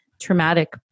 traumatic